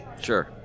sure